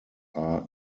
are